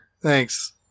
Thanks